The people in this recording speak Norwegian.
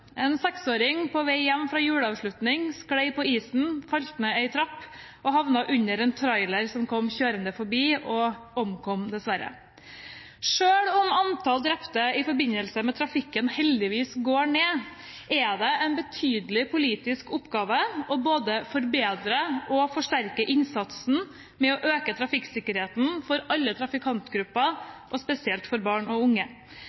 En seksåring på vei hjem fra juleavslutning skled på isen, falt ned en trapp og havnet under en trailer som kom kjørende forbi, og omkom dessverre. Selv om antall drepte i trafikken heldigvis går ned, er det en betydelig politisk oppgave både å forbedre og forsterke innsatsen med å øke trafikksikkerheten for alle trafikantgrupper, spesielt for barn og unge.